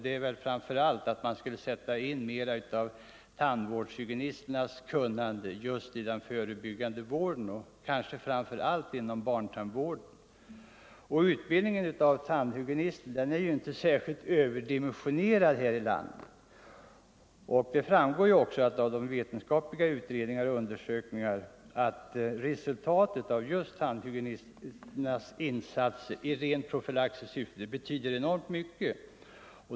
Det är angeläget att i större utsträckning än hittills utnyttja tandvårdshygienisternas kunnande i den förebyggande vården, kanske framför allt inom barntandvården. Utbildningen av tandhygienister är inte precis överdimensionerad i vårt land. Det framgår också av vetenskapliga utredningar och undersökningar att tandhygienisternas insatser i rent profylaktiskt syfte har enormt stor betydelse.